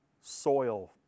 soil